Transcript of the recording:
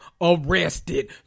arrested